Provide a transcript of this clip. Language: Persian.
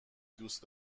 دوس